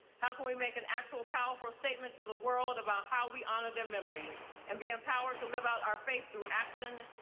how can we make an actual powerful statement to the world about how we honor their memory and be empowered to live out our faith through action,